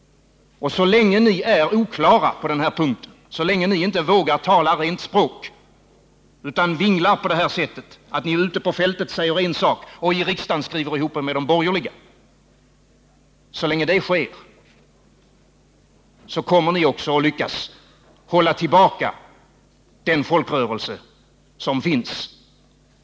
Så länge ni är oklara på den här punkten, så länge ni inte vågar tala rent språk utan vacklar genom att ute på fältet säga en sak och i riksdagen skriva ihop er med de borgerliga, så länge det sker kommer ni också att lyckas hålla tillbaka den folkrörelse som finns.